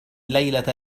ليلة